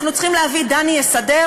אנחנו צריכים להביא את "דני יסדר",